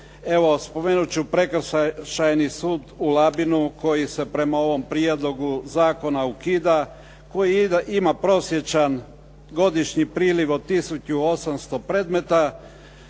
spomenut ću Prekršajni sud u Labinu koji se prema ovom prijedlogu zakona ukida, koji ima prosječan godišnji priliv od tisuću 800 predmeta